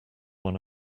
one